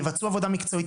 יבצעו עבודה מקצועית,